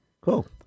Cool